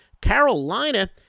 Carolina